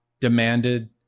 demanded